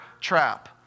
trap